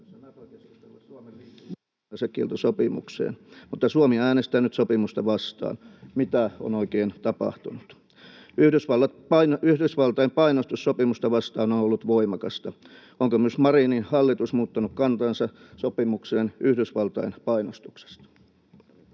Suomi äänestää nyt sopimusta vastaan. Mitä on oikein tapahtunut? Yhdysvaltain painostus sopimusta vastaan on ollut voimakasta. Onko myös Marinin hallitus muuttanut kantansa sopimukseen Yhdysvaltain painostuksesta?